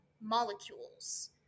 molecules